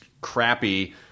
crappy